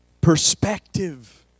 perspective